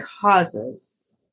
causes